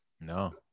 No